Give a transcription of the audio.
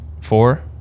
four